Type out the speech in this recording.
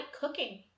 cooking